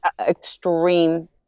Extreme